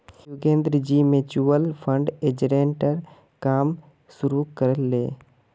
योगेंद्रजी mutual fund एजेंटेर काम शुरू कर ले